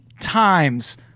times